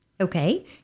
Okay